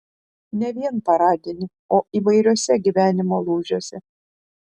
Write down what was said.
ne vien paradinį o įvairiuose gyvenimo lūžiuose